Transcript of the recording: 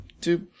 Two